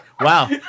wow